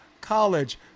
college